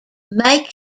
may